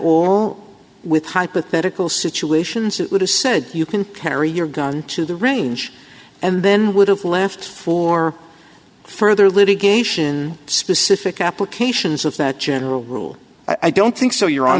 all with hypothetical situations it would have said you can carry your gun to the range and then would have left for further litigation specific applications of that general rule i don't think so your hon